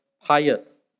pious